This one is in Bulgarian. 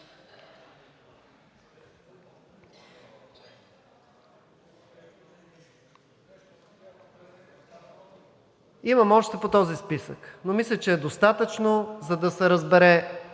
Имам още по този списък, но мисля, че е достатъчно, за да се разбере,